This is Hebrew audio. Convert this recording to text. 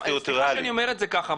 סליחה שאני אומר את זה ככה,